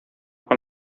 con